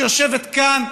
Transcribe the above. שיושבת כאן,